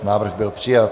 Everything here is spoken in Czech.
Návrh byl přijat.